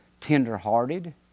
tender-hearted